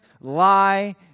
lie